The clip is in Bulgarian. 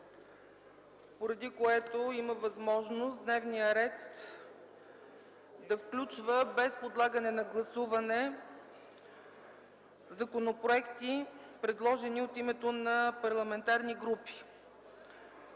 поради което има възможност дневният ред да включва, без подлагане на гласуване, законопроекти, предложени от името на парламентарни групи.